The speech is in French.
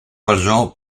valjean